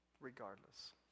Regardless